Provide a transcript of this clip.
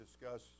discuss